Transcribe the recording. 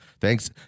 thanks